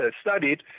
studied